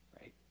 right